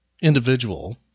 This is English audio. individual